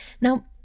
Now